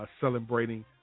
celebrating